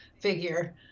figure